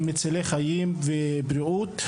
הם מצילי חיים ומביאים בריאות,